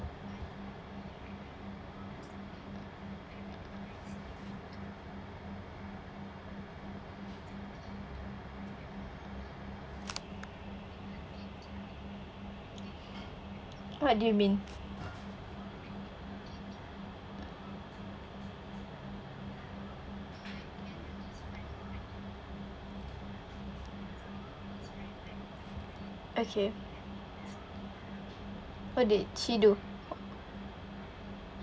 what do you mean okay what did she do